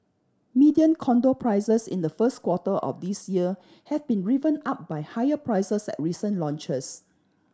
median condo prices in the first quarter of this year have been driven up by higher prices at recent launches